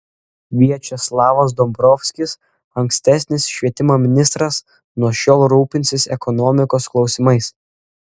viačeslavas dombrovskis ankstesnis švietimo ministras nuo šiol rūpinsis ekonomikos klausimais